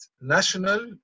national